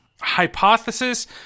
hypothesis